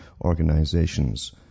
organizations